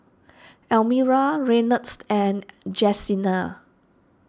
Almira Reynolds and Jesenia